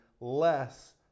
less